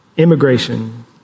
immigration